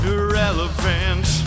Irrelevant